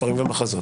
ספרים ומחזות